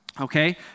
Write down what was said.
okay